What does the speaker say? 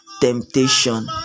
temptation